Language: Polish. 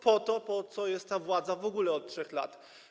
Po to, po co jest ta władza w ogóle od 3 lat.